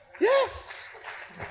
Yes